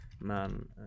Man